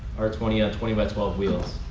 or twenty ah twenty by twelve wheels?